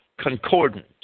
concordant